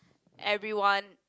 everyone